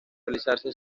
realizarse